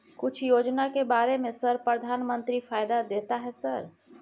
कुछ योजना के बारे में सर प्रधानमंत्री फायदा देता है सर?